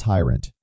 Tyrant